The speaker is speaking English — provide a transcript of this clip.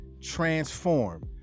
transform